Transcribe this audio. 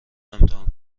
امتحان